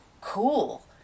Cool